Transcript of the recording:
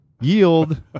Yield